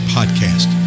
Podcast